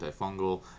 antifungal